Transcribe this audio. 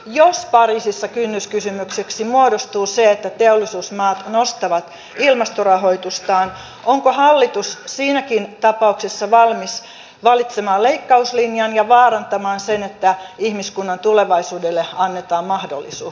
jos pariisissa kynnyskysymykseksi muodostuu se että teollisuusmaat nostavat ilmastorahoitustaan onko hallitus siinäkin tapauksessa valmis valitsemaan leikkauslinjan ja vaarantamaan sen että ihmiskunnan tulevaisuudelle annetaan mahdollisuus